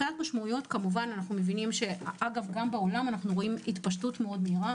גם בעולם אנחנו רואים התפשטות מאוד מהירה.